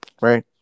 right